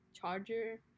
charger